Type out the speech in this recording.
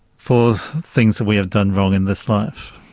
for things that we have done wrong in this life.